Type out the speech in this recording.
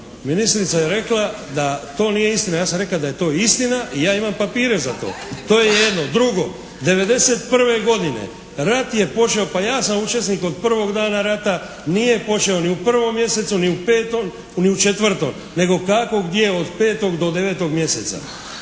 Ministrica je rekla da to nije istina. Ja sam rekao da je to istina i ja imam papire za to. To je jedno. Drugo. Devedeset prve godine rat je počeo, pa ja sam učesnik od prvog dana rata. Nije počeo ni u prvom mjesecu, ni u petom, ni u četvrtom, nego kako gdje od petog do devetog mjeseca.